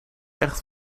echt